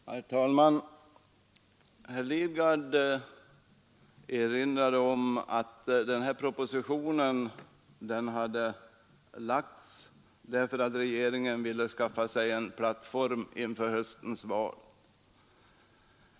Herr talman! Herr Lidgard påstod att den här propositionen hade lagts därför att regeringen ville skaffa sig en plattform inför höstens val.